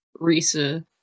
Risa